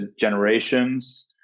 generations